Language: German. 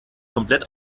komplett